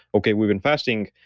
okay, we've been fasting,